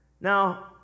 Now